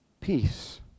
peace